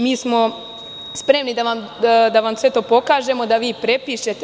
Mi smo spremni da vam sve to pokažemo, da vi prepište.